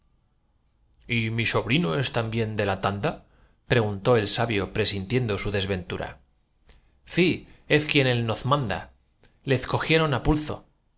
y biza rría y mi sobrino es también de la tanda preguntó el sabio presintiendo su desventura ci ez él quien noz manda le ezcogieron á pulzo